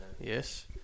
Yes